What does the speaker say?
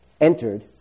entered